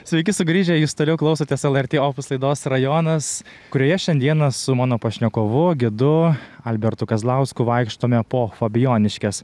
sveiki sugrįžę jūs toliau klausotės lrt opus laidos rajonas kurioje šiandieną su mano pašnekovu gidu albertu kazlausku vaikštome po fabijoniškes